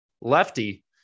Lefty